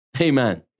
Amen